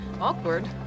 awkward